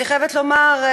אני חייבת לומר,